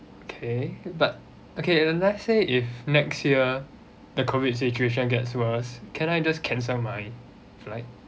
okay but okay let's say if next year the COVID situation gets worse can I just cancel my flight